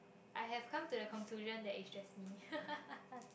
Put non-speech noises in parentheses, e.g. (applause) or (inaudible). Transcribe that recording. I have come to the conclusion that it's just me (laughs)